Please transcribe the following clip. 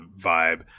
vibe